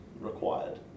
required